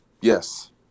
Yes